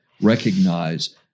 recognize